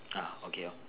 ah okay lor